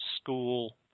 school